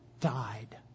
died